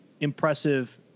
impressive